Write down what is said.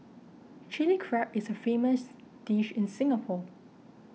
Chilli Crab is a famous dish in Singapore